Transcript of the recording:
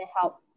help